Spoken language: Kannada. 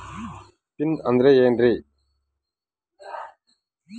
ಪಿನ್ ಅಂದ್ರೆ ಏನ್ರಿ?